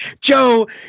Joe